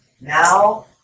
Now